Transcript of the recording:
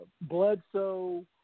Bledsoe